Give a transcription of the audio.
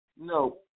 No